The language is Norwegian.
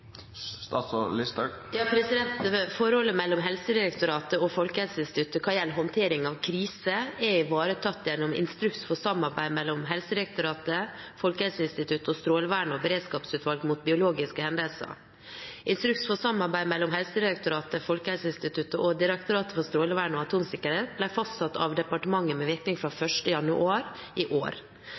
Forholdet mellom Helsedirektoratet og Folkehelseinstituttet hva gjelder håndtering av kriser, er ivaretatt gjennom instruks og samarbeid mellom Helsedirektoratet, Folkehelseinstituttet, Strålevernet og beredskapsutvalget mot biologiske hendelser. Instruks for samarbeid mellom Helsedirektoratet, Folkehelseinstituttet og Direktoratet for strålevern og atomsikkerhet ble fastsatt av departementet med virkning fra 1. januar i år.